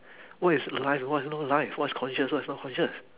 what is life and what is not life what's conscious what's not conscious